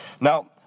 Now